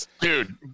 dude